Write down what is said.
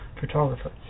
photographer